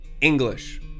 English